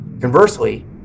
Conversely